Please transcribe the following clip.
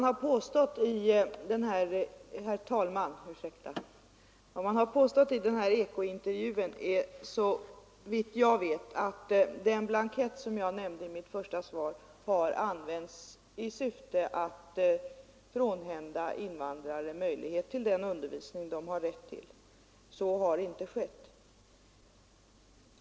Herr talman! Vad man påstått i eko-intervjun är, såvitt jag vet, att den blankett jag nämnde i mitt första svar har använts i syfte att frånhända invandrare möjlighet till den undervisning de har rätt till. Så har inte skett.